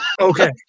Okay